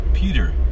Peter